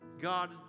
God